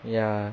ya